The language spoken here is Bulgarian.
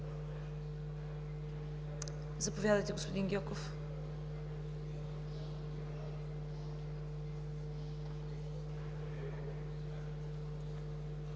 Заповядайте, господин Гьоков.